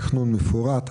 תכנון מפורט,